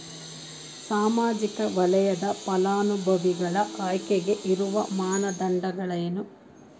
ಸಾಮಾಜಿಕ ವಲಯದ ಫಲಾನುಭವಿಗಳ ಆಯ್ಕೆಗೆ ಇರುವ ಮಾನದಂಡಗಳೇನು?